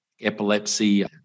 epilepsy